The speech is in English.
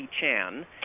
Chan